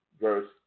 verse